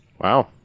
Wow